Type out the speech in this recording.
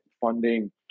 funding